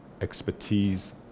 Expertise